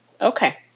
Okay